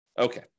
Okay